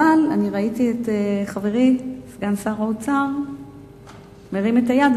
אבל אני ראיתי את חברי סגן שר האוצר מרים את היד,